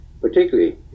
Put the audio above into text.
particularly